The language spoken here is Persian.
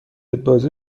بازه